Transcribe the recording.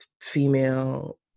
female